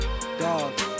Dog